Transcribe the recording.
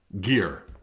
gear